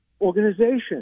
organization